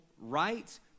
right